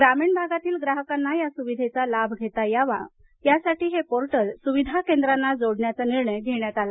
ग्रामीण भागातील ग्राहकांना या सुविधेचा लाभ घेता यावा यासाठी हे पोर्टल सुविधा केंद्रांना जोडण्याचा निर्णय घेण्यात आला